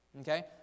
okay